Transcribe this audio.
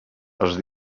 els